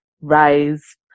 rise